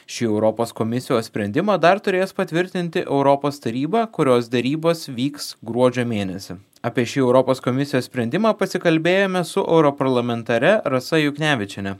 šį europos komisijos sprendimą dar turės patvirtinti europos taryba kurios derybos vyks gruodžio mėnesį apie šį europos komisijos sprendimą pasikalbėjome su europarlamentare rasa juknevičiene